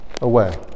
away